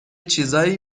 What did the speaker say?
چیزایی